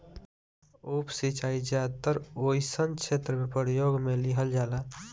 उप सिंचाई ज्यादातर ओइ सन क्षेत्र में प्रयोग में लिहल जाला